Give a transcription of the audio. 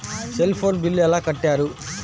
Cell phone bill ఎలా కట్టారు?